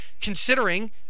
considering